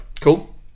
Cool